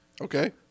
Okay